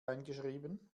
eingeschrieben